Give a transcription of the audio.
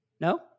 No